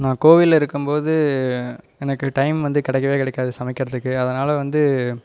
நான் கோயிலில் இருக்கும் போது எனக்கு டைம் வந்து கிடைக்கவே கிடைக்காது சமைக்கிறதுக்கு அதனால் வந்து